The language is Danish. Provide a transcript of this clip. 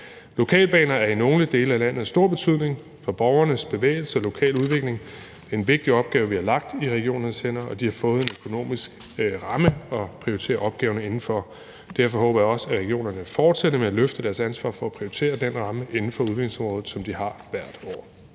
Lokalbaner er i nogle dele af landet af stor betydning for borgernes bevægelse og lokale udvikling. Det er en vigtig opgave, vi har lagt i regionernes hænder, og de har fået en økonomisk ramme at prioritere opgaverne inden for. Derfor håber jeg også, at regionerne vil fortsætte med at løfte deres ansvar for at prioritere den ramme inden for udviklingsområdet, som de har hvert år.